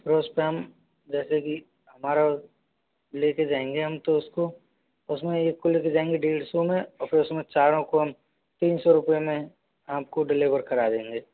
फिर उसपे हम जैसे कि हमारा लेके जाएंगे हम तो उसको उसमें एक को लेके जाएंगे डेढ़ सौ में और फिर उसमें चारों को हम तीन सौ रुपए में आपको डिलिवर करा देंगे